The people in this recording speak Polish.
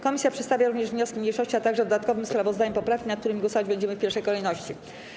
Komisja przedstawia również wnioski mniejszości, a także w dodatkowym sprawozdaniu poprawki, nad którymi głosować będziemy w pierwszej kolejności.